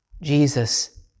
Jesus